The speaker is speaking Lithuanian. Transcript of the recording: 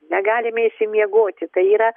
negalime išsimiegoti tai yra